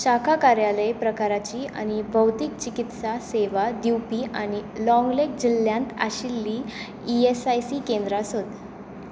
शाखा कार्यालय प्रकाराची आनी भौतीक चिकित्सा सेवा दिवपी आनी लाँगलेग जिल्ल्यांत आशिल्ली ई एस आय सी केंद्रां सोद